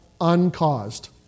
uncaused